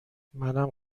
منم